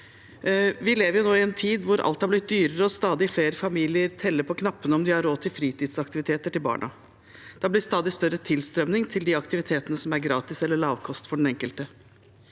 Vi lever nå i en tid hvor alt har blitt dyrere, og stadig flere familier teller på knappene om de har råd til fritidsaktiviteter til barna. Det har blitt stadig større tilstrømning til de aktivitetene som er gratis eller lavkost for den enkelte.